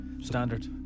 Standard